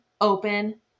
open